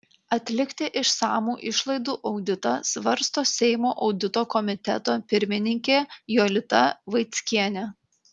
atlikti išsamų išlaidų auditą svarsto seimo audito komiteto pirmininkė jolita vaickienė